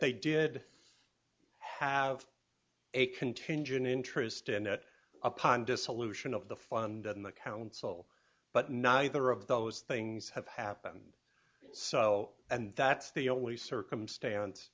they did have a contingent interest in it upon dissolution of the fund and the council but neither of those things have happened so and that's the only circumstance